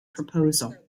proposal